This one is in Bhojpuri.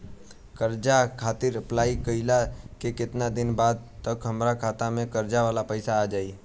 कर्जा खातिर अप्लाई कईला के केतना दिन बाद तक हमरा खाता मे कर्जा वाला पैसा आ जायी?